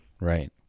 Right